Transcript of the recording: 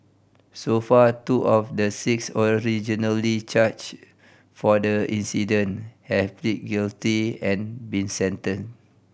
so far two of the six originally charged for the incident have pleaded guilty and been sentenced